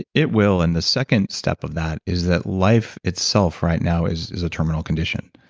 it it will and the second step of that is that life itself right now is is a terminal condition.